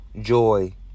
joy